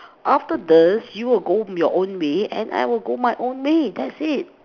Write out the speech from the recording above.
after this you will go your own way and I will go my own way that's it